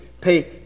pay